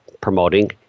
promoting